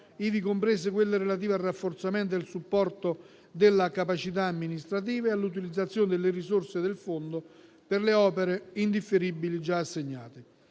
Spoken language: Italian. ivi comprese quelle relative al rafforzamento e al supporto della capacità amministrativa e all'utilizzazione delle risorse del fondo per le opere indifferibili già assegnate.